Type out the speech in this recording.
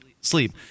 sleep